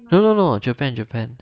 no no no japan japan